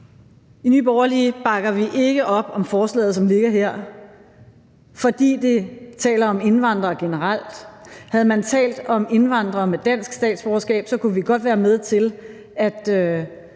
I Nye Borgerlige bakker vi ikke op om forslaget, som ligger her, fordi det taler om indvandrere generelt. Havde man talt om indvandrere med dansk statsborgerskab kunne vi godt være med til at